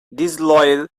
disloyal